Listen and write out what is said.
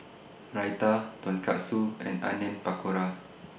Raita Tonkatsu and Onion Pakora